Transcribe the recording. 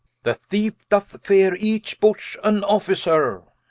the theefe doth feare each bush an officer,